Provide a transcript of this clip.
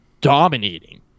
dominating